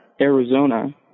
Arizona